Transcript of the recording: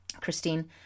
Christine